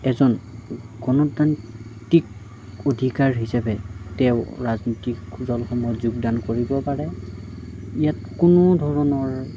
এজন গণতান্ত্ৰিক অধিকাৰ হিচাপে তেওঁ ৰাজনৈতিক দলসমূহত যোগদান কৰিব পাৰে ইয়াত কোনোধৰণৰ